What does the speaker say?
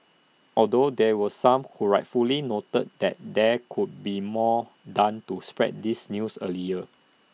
although there were some who rightfully noted that there could be more done to spread this news earlier